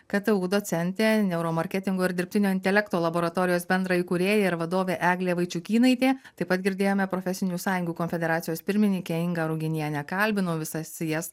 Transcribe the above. ktu docentė neuromarketingo ir dirbtinio intelekto laboratorijos bendra įkūrėja ir vadovė eglė vaičiukynaitė taip pat girdėjome profesinių sąjungų konfederacijos pirmininkę ingą ruginienę kalbinau visas jas